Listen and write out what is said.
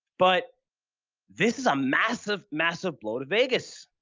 but this is a massive, massive blow to vegas.